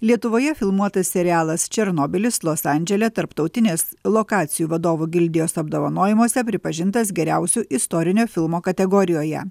lietuvoje filmuotas serialas černobylis los andžele tarptautinės lokacijų vadovų gildijos apdovanojimuose pripažintas geriausiu istorinio filmo kategorijoje